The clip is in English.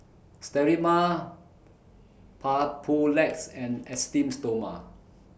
Sterimar Papulex and Esteem Stoma